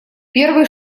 первый